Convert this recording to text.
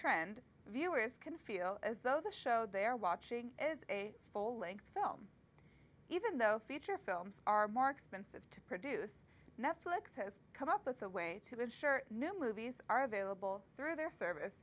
trend viewers can feel as though the show they're watching is a full length film even though feature films are more expensive to produce netflix has come up with a way to ensure new movies are available through their service